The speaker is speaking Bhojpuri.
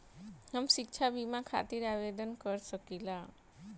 हम शिक्षा बीमा खातिर आवेदन कर सकिला?